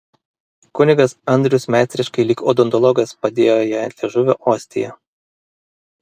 kunigas andrius meistriškai lyg odontologas padėjo jai ant liežuvio ostiją